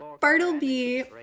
Bartleby